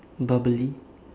bubbly